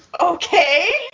okay